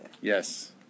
Yes